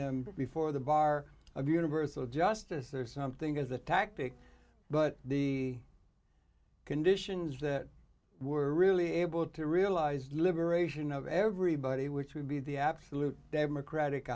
them before the bar of universal justice or something as a tactic but the conditions that were really able to realize liberation of everybody which would be the absolute democratic